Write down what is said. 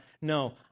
No